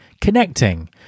connecting